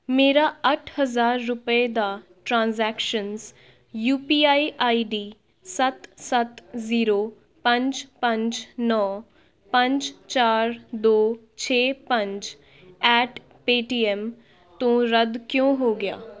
ਮੇਰਾ ਅੱਠ ਹਜ਼ਾਰ ਰੁਪਏ ਦਾ transactions U P I I D ਸੱਤ ਸੱਤ ਜ਼ੀਰੋ ਪੰਜ ਪੰਜ ਨੌ ਪੰਜ ਚਾਰ ਦੋ ਛੇ ਪੰਜ ਐਟ ਪੇਟੀਐੱਮ ਤੋਂ ਰੱਦ ਕਿਉਂ ਹੋ ਗਿਆ